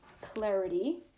clarity